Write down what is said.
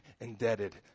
indebted